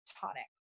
tonic